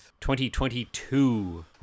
2022